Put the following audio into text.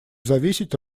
зависеть